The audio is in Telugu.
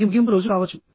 ఇది ముగింపు రోజు కావచ్చు